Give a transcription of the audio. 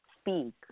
speak